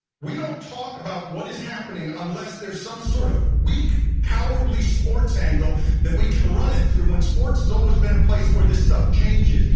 we don't talk about what is happening unless there's some sort of weak, cowardly sports angle that we can run it through, when sports has always been a place where this stuff changes.